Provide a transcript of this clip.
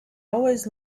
always